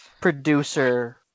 producer